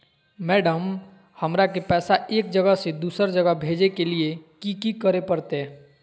Madam, हमरा के पैसा एक जगह से दुसर जगह भेजे के लिए की की करे परते?